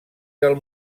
del